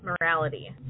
morality